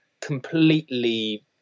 completely